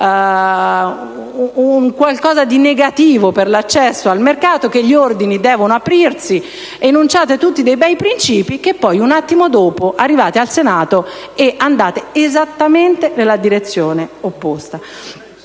qualcosa di negativo per l'accesso al mercato, che gli ordini devono aprirsi, enunciate tanti bei principi ma poi, un attimo dopo, andate esattamente nella direzione opposta.